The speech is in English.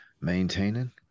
maintaining